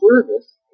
service